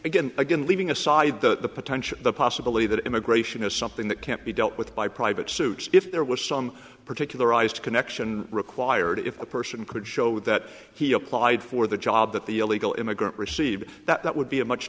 again again leaving aside the potential the possibility that immigration is something that can't be dealt with by private suits if there was some particularized connection required if a person could show that he applied for the job that the illegal immigrant received that that would be a much